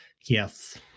Yes